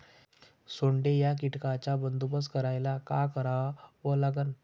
सोंडे या कीटकांचा बंदोबस्त करायले का करावं लागीन?